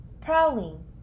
Prowling